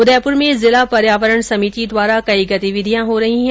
उदयपुर में जिला पर्यावरण समिति द्वारा कई गतिविधियां हो रही है